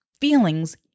feelings